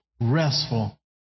restful